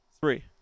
Three